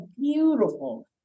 beautiful